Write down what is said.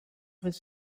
his